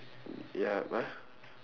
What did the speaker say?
ya